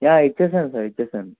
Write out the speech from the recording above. yeah ఇచ్చాను sir ఇచ్చాను